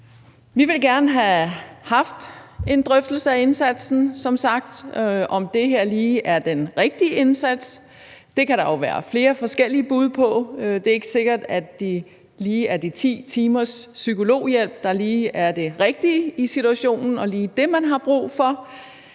Vi ville gerne have haft en drøftelse af indsatsen, som sagt. Om det her lige er den rigtige indsats, kan der jo være flere forskellige bud på. Det er ikke sikkert, at det lige er de 10 timers psykologhjælp, som er det rigtige i situationen og lige det, man har brug for.